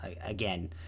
again